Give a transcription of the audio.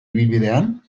ibilbidean